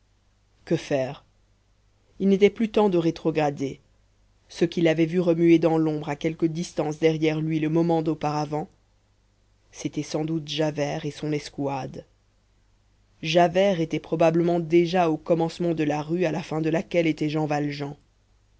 que faire il n'était plus temps de rétrograder ce qu'il avait vu remuer dans l'ombre à quelque distance derrière lui le moment d'auparavant c'était sans doute javert et son escouade javert était probablement déjà au commencement de la rue à la fin de laquelle était jean valjean